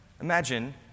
imagine